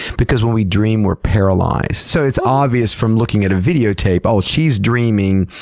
because when we dream, we're paralyzed. so it's obvious from looking at a videotape, oh, she's dreaming,